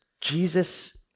Jesus